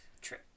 True